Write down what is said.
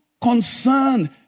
concerned